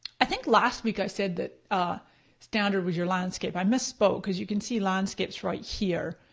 i think last week i said that standard was your landscape, i misspoke because you can see landscape is right here.